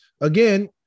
again